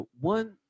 one